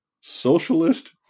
socialist